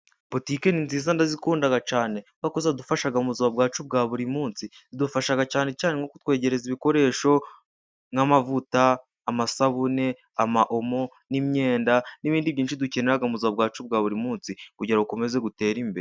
Botike ni nziza ndazikunda cyane aho zidufashaga mu buzima bwacu bwa buri muns,i zidufasha cyane cyane nko kutwegereza ibikoresho nk'amavuta, amasabune, ama omo, n'imyenda n'ibindi byinshi dukenera mu buzima bwacu bwa buri munsi kugira ngo ukomeze gutere imbere.